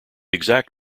exact